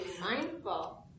mindful